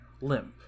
limp